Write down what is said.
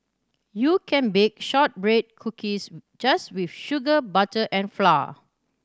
you can bake shortbread cookies just with sugar butter and flour